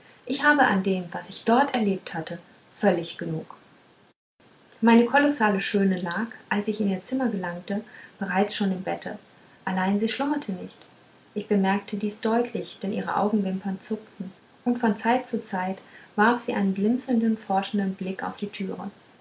ich habe an dem was ich dort erlebt hatte völlig genug meine kolossale schöne lag als ich in ihr zimmer gelangte bereits schon im bette allein sie schlummerte nicht ich bemerkte dies deutlich denn ihre augenwimper zuckten und von zeit zu zeit warf sie einen blinzelnden forschenden blick auf die türe